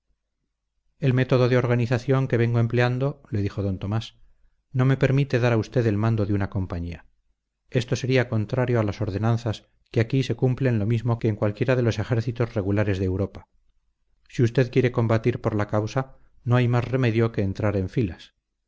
el método de organización que vengo empleando le dijo d tomás no me permite dar a usted el mando de una compañía esto sería contrario a las ordenanzas que aquí se cumplen lo mismo que en cualquiera de los ejércitos regulares de europa si usted quiere combatir por la causa no hay más remedio que entrar en filas